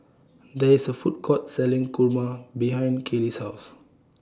There IS A Food Court Selling Kurma behind Kaylie's House